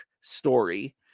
story